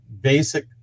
basic